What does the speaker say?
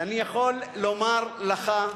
אני יכול לומר לך,